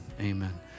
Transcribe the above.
Amen